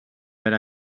per